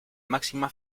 máxima